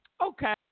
okay